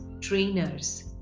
trainers